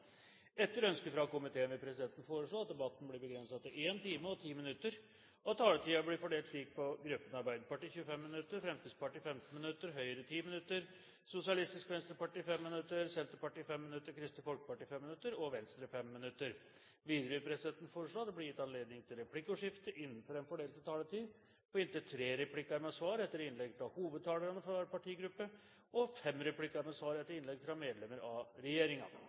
Etter ønske fra næringskomiteen vil presidenten foreslå at debatten blir begrenset til 1 time og 10 minutter, og at taletiden blir fordelt slik på gruppene: Arbeiderpartiet 25 minutter, Fremskrittspartiet 15 minutter, Høyre 10 minutter, Sosialistisk Venstreparti 5 minutter, Senterpartiet 5 minutter, Kristelig Folkeparti 5 minutter og Venstre 5 minutter. Videre vil presidenten foreslå at det blir gitt anledning til replikkordskifte på inntil tre replikker med svar etter innlegg av hovedtalerne fra hver partigruppe og fem replikker med svar etter innlegg fra medlem av